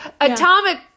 Atomic